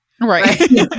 Right